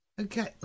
Okay